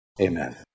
Amen